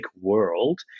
world